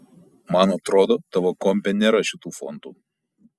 man atrodo tavo kompe nėra šitų fontų